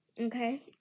Okay